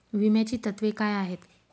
विम्याची तत्वे काय आहेत?